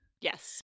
Yes